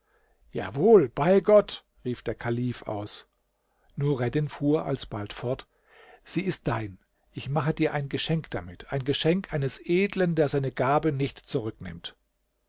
bei gott rief der kalif aus nureddin fuhr alsbald fort sie ist dein ich mache dir ein geschenk damit ein geschenk eines edlen der seine gabe nicht zurücknimmt